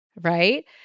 Right